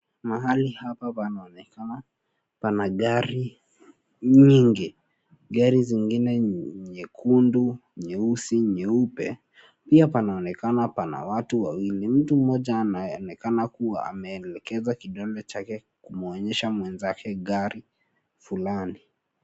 Mahali hapa panaonekana pana gari nyingi, gari zingine nyekundu, nyeusi, nyeupe. Pia panaonekana pana watu wawili, mtu mmoja anayeonekana kuwa ameelezea kidole chake kumwonyesha mwenzake gari fulani.